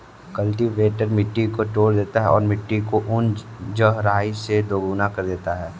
cultivator मिट्टी को तोड़ देगा और मिट्टी को उन गहराई से दोगुना कर देगा